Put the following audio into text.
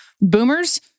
boomers